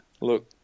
Look